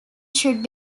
should